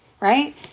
Right